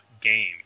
game